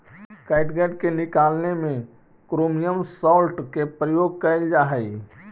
catgut के निकालने में क्रोमियम सॉल्ट के प्रयोग कइल जा हई